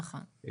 נכון.